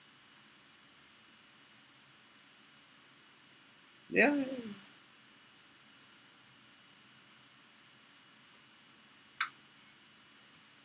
ya